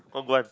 Kong-Guan